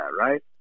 right